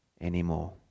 anymore